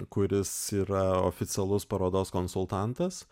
kuris yra oficialus parodos konsultantas